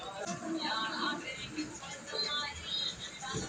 पहिले एकर खेती खातिर बिया चीन से आवत रहे